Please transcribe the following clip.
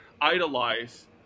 idolize